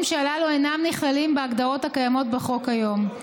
שהללו אינם נכללים בהגדרות הקיימות בחוק כיום.